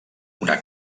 una